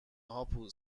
هاپو